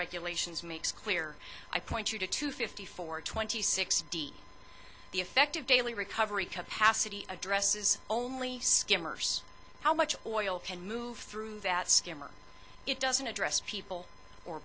regulations makes clear i point you to two fifty four twenty six d the effective daily recovery capacity addresses only skimmers how much oil can move through that skimmer it doesn't address people or